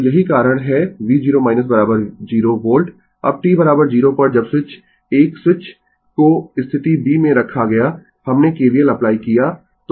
तो यही कारण है v0 0 वोल्ट अब t 0 पर जब स्विच 1 स्विच को स्थिति b में रखा गया हमने KVL अप्लाई किया